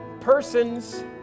person's